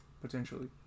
potentially